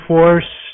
Force